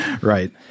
right